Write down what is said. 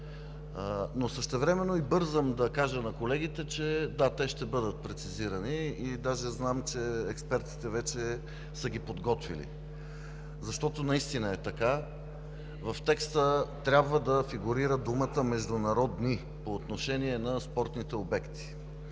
Но същевременно и бързам да кажа на колегите, че – да, те ще бъдат прецизирани и даже зная, че експертите вече са ги подготвили, защото наистина е така. В текста трябва да фигурира думата „международни“ по отношение на спортните обекти,